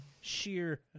sheer